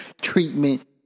treatment